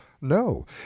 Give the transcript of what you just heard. No